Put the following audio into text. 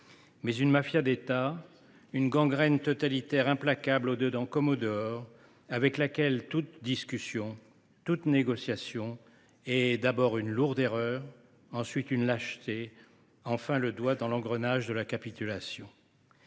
mais une mafia d’État, une gangrène totalitaire implacable au dedans comme au dehors, avec laquelle toute discussion, toute négociation, est d’abord une lourde erreur, ensuite une lâcheté, enfin le doigt dans l’engrenage de la capitulation.